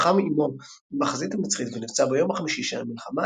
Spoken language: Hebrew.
לחם עמו בחזית המצרית ונפצע ביום החמישי של המלחמה,